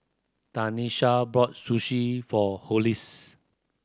Tanesha bought Sushi for Hollis